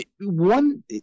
one